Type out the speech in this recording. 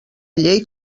llei